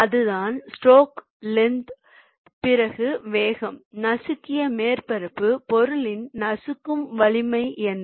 அதுதான் stroke length பிறகு வேகம் நசுக்கிய மேற்பரப்பு பொருளின் நசுக்கும் வலிமை என்ன